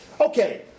Okay